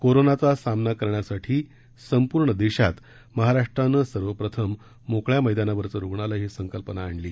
कोरोनाचा सामना करण्यासाठी संपूर्ण देशात महाराष्ट्रानं सर्वप्रथम मोकळ्या मैदानावरचं रूग्णालयं ही संकल्पना आणली